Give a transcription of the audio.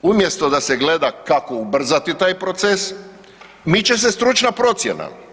Umjesto da se gleda kako ubrzati taj proces, miče se stručna procjena.